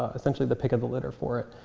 essentially, the pick of the litter for it.